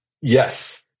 Yes